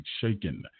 shaken